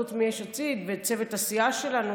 חוץ מליש עתיד ולצוות הסיעה שלנו,